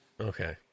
Okay